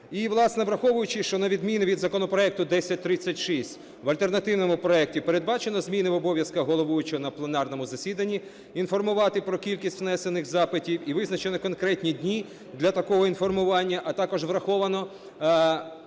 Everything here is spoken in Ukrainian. враховуючи, що на відміну від законопроекту 1036 в альтернативному проекті передбачено зміни в обов'язках головуючого на пленарному засіданні інформувати про кількість внесених запитів і визначені конкретні дні для такого інформування, а також враховано